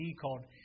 called